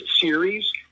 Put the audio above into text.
series